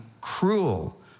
cruel